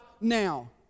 now